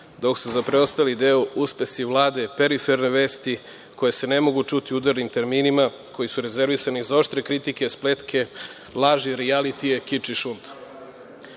dok su za preostali deo uspesi Vlade periferne vesti koje se ne mogu čuti u udarnim terminima koji su rezervisani za oštre kritike, spletke, laži, rijalitije, kič i šund. Da